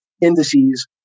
indices